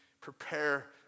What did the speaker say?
prepare